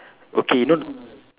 okay know